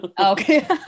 okay